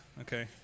Okay